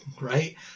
right